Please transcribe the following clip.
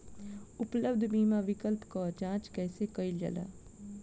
उपलब्ध बीमा विकल्प क जांच कैसे कइल जाला?